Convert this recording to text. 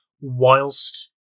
whilst